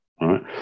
right